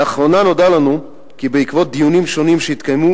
לאחרונה נודע לנו כי בעקבות דיונים שונים שהתקיימו